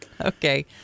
okay